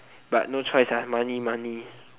but no choice money money